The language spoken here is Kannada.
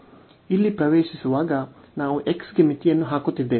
ಇಲ್ಲಿ ಪ್ರವೇಶಿಸುವಾಗ ನಾವು x ಗೆ ಮಿತಿಯನ್ನು ಹಾಕುತ್ತಿದ್ದೇವೆ